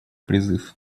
призыв